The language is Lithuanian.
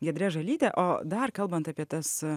giedre žalyte o dar kalbant apie tas